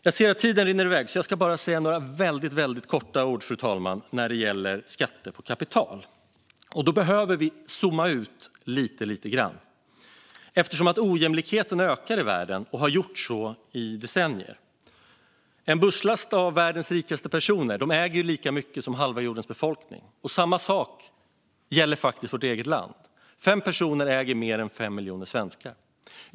Jag ser att tiden rinner iväg, så jag ska bara säga några väldigt korta ord om skatter på kapital. Då behöver vi zooma ut lite grann, eftersom ojämlikheten ökar i världen och har gjort så i decennier. En busslast av världens rikaste personer äger lika mycket som halva jordens befolkning tillsammans. Samma sak gäller faktiskt vårt eget land: fem personer äger mer än fem miljoner svenskar.